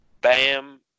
Bam